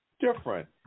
different